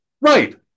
Right